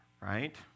right